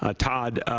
ah todd,